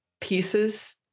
pieces